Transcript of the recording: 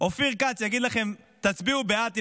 אופיר כץ יגיד לכם: תצביעו בעד,